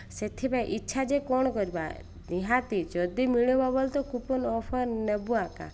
ସେଥିପାଇଁ ଇଚ୍ଛା ଯେ କ'ଣ କରିବା ନିହାତି ଯଦି ମିଳିବ ବୋଲି ତ କୁପନ୍ ଅଫର୍ ନେବୁ ଆକା